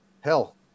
hell